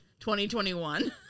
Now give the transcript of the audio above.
2021